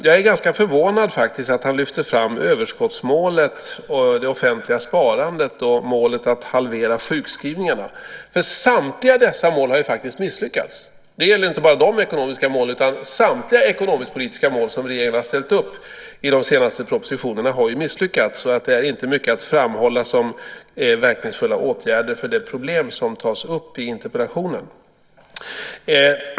Jag är ganska förvånad över att han lyfter fram överskottsmålet, det offentliga sparandet och målet att halvera sjukskrivningarna. Samtliga dessa mål har misslyckats. Det gäller inte bara de ekonomiska målen, utan samtliga ekonomisk-politiska mål som regeringen har ställt upp i de senaste propositionerna har misslyckats. Det är inte mycket att framhålla som verkningsfulla åtgärder för de problem som tas upp i interpellationen.